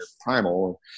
primal